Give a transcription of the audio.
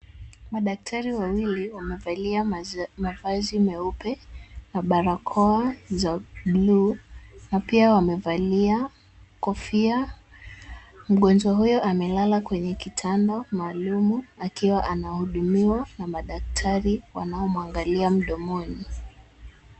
Madaktari wawili wamevalia mavazi meupe na barakoa za bluu na pia wamevalia kofia. Mgonjwa huyo amelala kwenye kitanda maalum akiwa anahudumiwa na madaktari wanao mwangalia mdomoni.